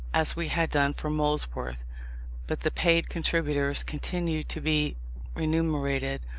as we had done for molesworth but the paid contributors continued to be remunerated